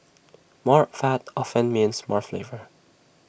more fat often means more flavour